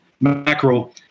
macro